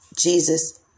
Jesus